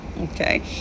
okay